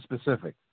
specific